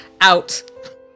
out